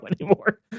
anymore